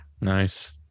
Nice